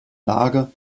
lage